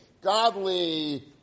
godly